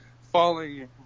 falling